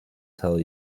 tell